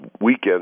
weekend